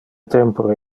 tempore